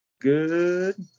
Good